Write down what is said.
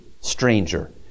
stranger